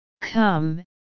Come